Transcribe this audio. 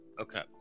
Okay